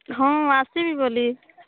ହଁ ଆସିବି ବୋଲି